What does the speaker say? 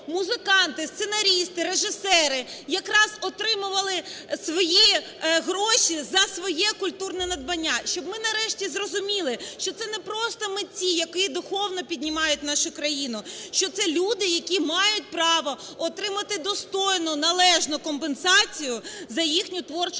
музиканти, сценаристи, режисери якраз отримували свої гроші за своє культурне надбання, щоб ми нарешті зрозуміли, що це не просто митці, які духовно піднімають нашу країну, що це люди, які мають право отримати достойну належну компенсацію за їхню творчу працю.